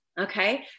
Okay